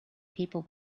people